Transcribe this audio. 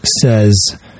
says